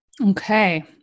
Okay